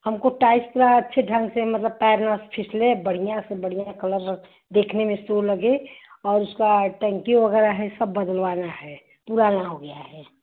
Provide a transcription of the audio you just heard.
हमको टाइल्स थोड़ा अच्छे ढंग से मतलब पैर ना फिसले बढ़िया से बढ़िया कलर देखने में सो लगे और उसकी टंकी वग़ैरह है सब बदलवाना है पुराना हो गया है